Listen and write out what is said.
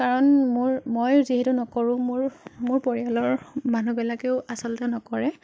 কাৰণ মোৰ মই যিহেতু নকৰোঁ মোৰ মোৰ পৰিয়ালৰ মানুহবিলাকেও আচলতে নকৰে